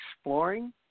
exploring